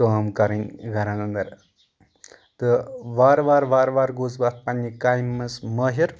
کٲم کرٕنۍ گرن انٛدر تہٕ وارٕ وارٕ وارٕ وارٕ گوس بہٕ اتھ پننہِ کامہِ منٛز مٲہِر